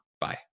Bye